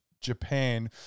Japan